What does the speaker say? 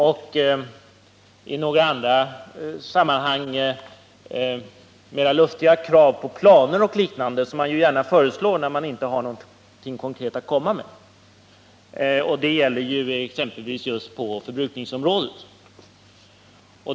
Och i några andra sammanhang gäller de mer luftiga krav på planer och liknande, som man gärna för fram när man inte har någonting konkret att komma med. Det gäller exempelvis just på förbrukningsområdet.